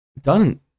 done